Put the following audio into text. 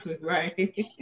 Right